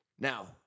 Now